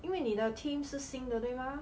因为你的 teams 是新的对吗